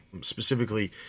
specifically